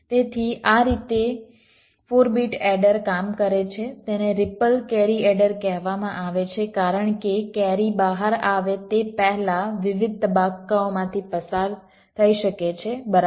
તેથી આ રીતે 4 બીટ એડર કામ કરે છે તેને રિપલ કેરી એડર કહેવામાં આવે છે કારણ કે કેરી બહાર આવે તે પહેલા વિવિધ તબક્કાઓમાંથી પસાર થઈ શકે છે બરાબર